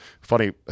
Funny